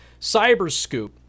CyberScoop